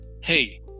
hey